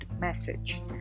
message